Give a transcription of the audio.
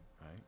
right